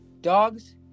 Dogs